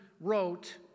wrote